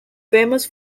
famous